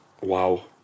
wow